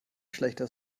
schlechter